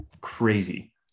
crazy